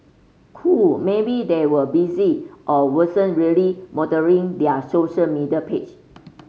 cool maybe they were busy or wasn't really monitoring their social media page